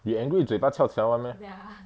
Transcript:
you angry 你嘴巴翘起来 [one] meh